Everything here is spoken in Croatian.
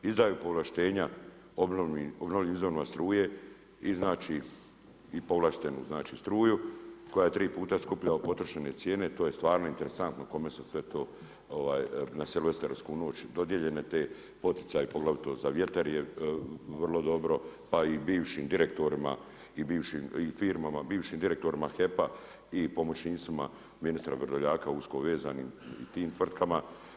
Izdaju povlaštenja obnovljivim izvorima struje i znači i povlaštenu znači struju koja je tri puta skuplja od potrošene cijene, to je stvarno interesantno kome su sve na silvestarsku noć dodijeljeni ti poticaji, poglavito za vjetar jer vrlo dobro pa i bivšim direktorima i firmama, bivšim direktorima HEP-a i pomoćnicima ministra Vrdoljaka, usko vezanim i tim tvrtkama.